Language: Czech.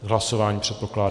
K hlasování, předpokládám.